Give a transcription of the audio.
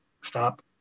stop